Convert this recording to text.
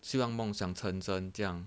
希望梦想成真这样